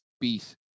beat